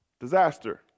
disaster